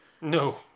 No